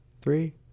three